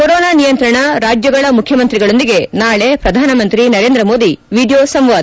corona ನಿಯಂತ್ರಣ ರಾಜ್ಯಗಳ ಮುಖ್ಯಮಂತ್ರಿಗಳೊಂದಿಗೆ ನಾಳೆ ಪ್ರಧಾನಮಂತ್ರಿ ನರೇಂದ್ರಮೋದಿ ವಿಡಿಯೋ ಸಂವಾದ